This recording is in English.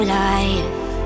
life